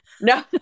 no